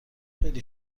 خیلی